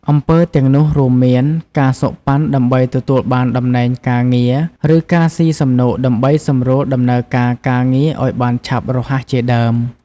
អំពើទាំងនោះរួមមាន ការសូកប៉ាន់ដើម្បីទទួលបានតំណែងការងារ ឬការស៊ីសំណូកដើម្បីសម្រួលដំណើរការការងារឲ្យបានឆាប់រហ័សជាដើម។